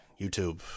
YouTube